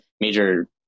major